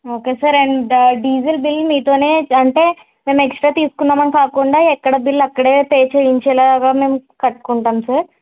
okay sir and diesel bill మీతోనే అంటే మేము ఎక్స్ట్రా తీసుకున్నాం అని కాకుండా ఎక్కడ బిల్ అక్కడే పే చేయించేలాగా మేము కట్టుకుంటాం సార్